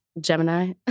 Gemini